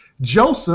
Joseph